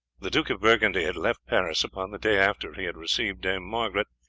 the duke of burgundy had left paris upon the day after he had received dame margaret,